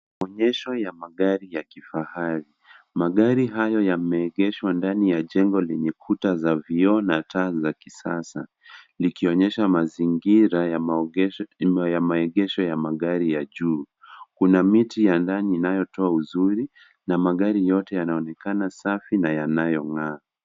Onyesho ya magari ya kifahari. Magari haya yameegeshwa ndani ya jengo lenye kuta za vioo na taa za kisasa likionyesha mazingira ya maegesho ya magari ya juu. Kuna miti ya ndani inayotoa uzuri namagari yote yanaonekana safi na yanayong'aa.